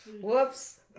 Whoops